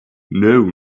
know